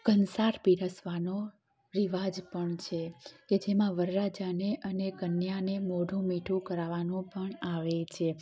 કંસાર પીરસવાનો રિવાજ પણ છે કે જેમાં વરરાજાને અને કન્યાને મોઢું મીઠું કારવાનું પણ આવે છે